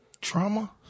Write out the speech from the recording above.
Trauma